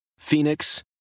Phoenix